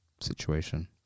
situation